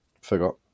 forgot